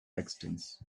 accidents